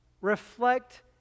reflect